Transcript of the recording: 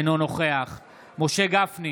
אינו נוכח משה גפני,